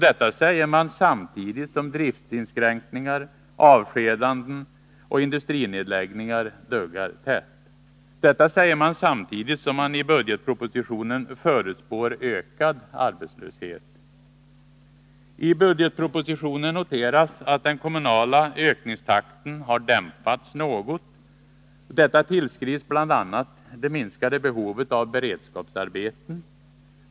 Detta säger man samtidigt som driftinskränkningar, avskedanden och industrinedläggningar duggar tätt. Detta säger man samtidigt som man i budgetpropositionen förutspår ökad arbetslöshet. I budgetpropositionen noteras att den kommunala ökningstakten dämpats något. Detta tillskrivs bl.a. det minskade behovet av beredskapsarbeten.